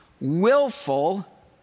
willful